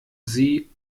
sie